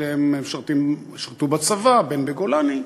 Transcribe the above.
שניהם שירתו בצבא, הבן בגולני.